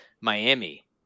Miami